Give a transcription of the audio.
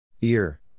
Ear